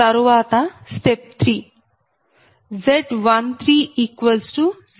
తరువాత step 3 Z 13 0